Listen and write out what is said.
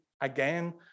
again